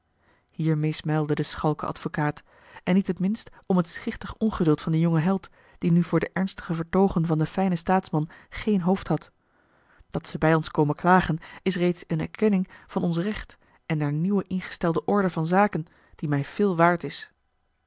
hier meesmuilde de schalke advokaat en niet het minst om het schichtig ongeduld van den jongen held die nu voor de ernstige vertoogen van den fijnen staatsman geen hoofd had dat ze bij ons komen klagen is reeds eene erkenning van ons recht en der nieuw ingestelde orde van zaken die mij veel waard is